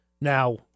Now